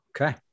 Okay